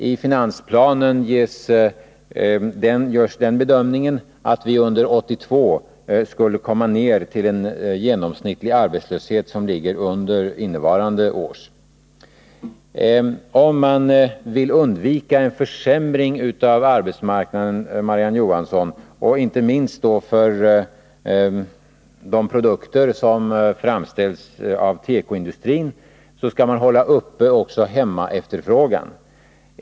I finansplanen görs den bedömningen att vi under 1982 skall komma ner till en genomsnittlig arbetslöshet som ligger under innevarande års. Om man skall undvika en försämring av arbetsmarknaden, Marie-Ann Johansson, och då inte minst för de produkter som framställs av tekoindustrin, så skall man också hålla uppe hemmaefterfrågan.